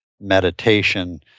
Meditation